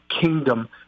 kingdom